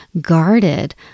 guarded